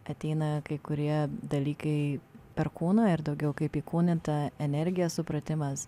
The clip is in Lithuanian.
ateina kai kurie dalykai per kūną ir daugiau kaip įkūnyta energija supratimas